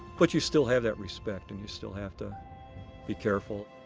but you still have that respect and you still have to be careful.